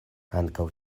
ankaŭ